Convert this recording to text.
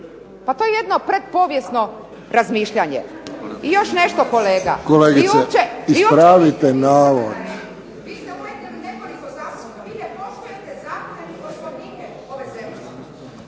Pa to je jedno pretpovijesno razmišljanje. I još nešto kolege. **Friščić, Josip